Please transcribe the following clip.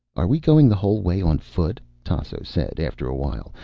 are we going the whole way on foot? tasso said, after awhile.